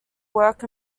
work